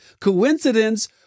Coincidence